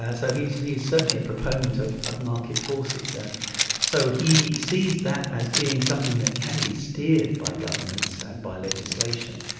so he's he's certainly a proponent of of market forces. and so he sees that as being something that can be steered by governments and by legislation,